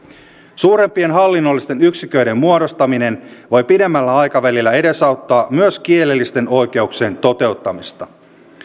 suurempien hallinnollisten yksiköiden muodostaminen voi pidemmällä aikavälillä edesauttaa myös kielellisten oikeuksien toteuttamista